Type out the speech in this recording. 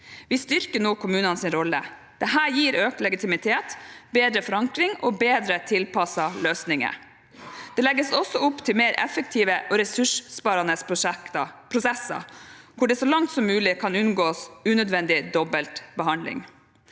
Vi styrker nå kommunenes rolle. Dette gir økt legitimitet, bedre forankring og bedre tilpassede løsninger. Det legges også opp til mer effektive og ressurssparende prosesser, hvor det så langt som mulig kan unngås unødvendig dobbeltbehandling.